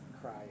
cry